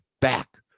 back